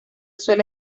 suele